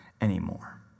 anymore